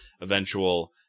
eventual